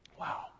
wow